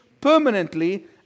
permanently